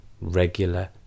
regular